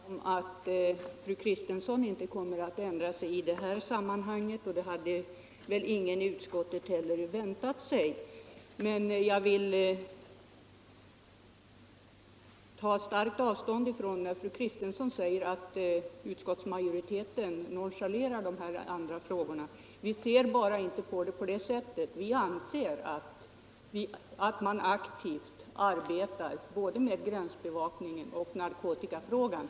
Herr talman! Jag är medveten om att fru Kristensson inte kommer att ändra uppfattning i de frågor motionen gäller, och det hade väl ingen i utskottet heller väntat sig. Men jag vill bestämt ta avstånd från fru Kristenssons påstående att utskottsmajoriteten nonchalerar de andra frågorna. Vi ser bara inte på dem på samma sätt som fru Kristensson. Vi anser att det arbetas aktivt både med gränsbevakning och med narkotikafrågan.